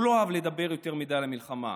הוא לא אהב לדבר יותר מדי על המלחמה,